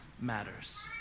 matters